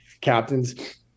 captains